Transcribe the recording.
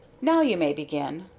now you may begin,